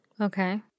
Okay